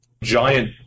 giant